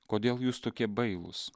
kodėl jūs tokie bailūs